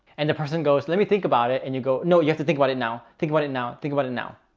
and the person goes, let me think about it. and you go, no, you have to think about it. now, think about it. now think about it. now